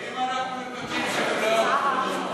ואם אנחנו מבקשים שלא?